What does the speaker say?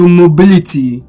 mobility